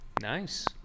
Nice